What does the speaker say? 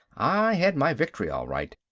i had my victory all right.